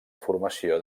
formació